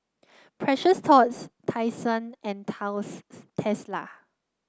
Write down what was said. Precious Thots Tai Sun and Tesla